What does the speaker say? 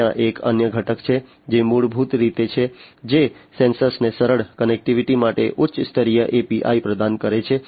ત્યાં એક અન્ય ઘટક છે જે મૂળભૂત રીતે છે જે સેન્સર્સને સરળ કનેક્ટિવિટિ માટે ઉચ્ચ સ્તરીય API પ્રદાન કરે છે